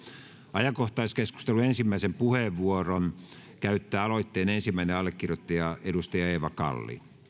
ajankohtaiskeskustelun ensimmäisen puheenvuoron käyttää aloitteen ensimmäinen allekirjoittaja edustaja eeva kalli